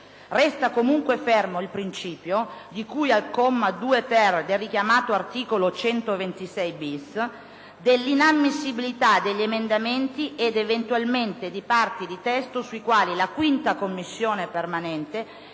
Resta comunque fermo il principio, di cui al comma 2*‑ter* del richiamato articolo 126*‑bis*, dell'inammissibilità degli emendamenti ed eventualmente di parti di testo sui quali la 5a Commissione permanente